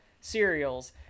cereals